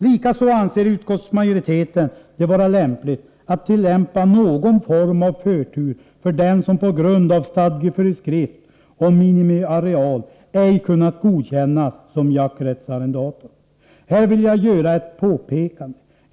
Likaså anser utskottsmajoriteten det vara lämpligt att tillämpa någon form av förtur för den som på grund av stadgeföreskrift om minimiareal ej kunnat godkännas som jakträttsarrendator. Här vill jag göra ett påpekande.